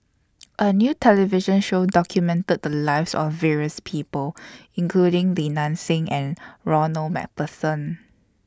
A New television Show documented The Lives of various People including Li Nanxing and Ronald MacPherson